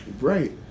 right